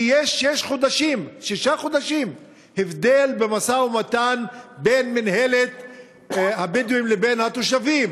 כי יש שישה חודשים הבדל במשא-ומתן בין מינהלת הבדואים לבין התושבים.